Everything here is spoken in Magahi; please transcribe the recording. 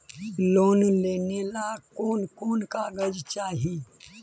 लोन लेने ला कोन कोन कागजात चाही?